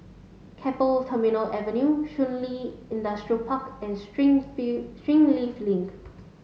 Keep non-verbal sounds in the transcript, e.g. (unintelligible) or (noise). Keppel Terminal Avenue Shun Li Industrial Park and (unintelligible) Springleaf Link